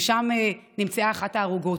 ושם נמצאה אחת ההרוגות.